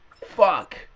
fuck